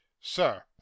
sir